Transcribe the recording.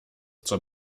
zur